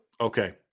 Okay